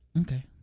Okay